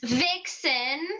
vixen